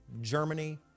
Germany